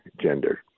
gender